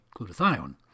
glutathione